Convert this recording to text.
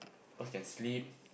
first can sleep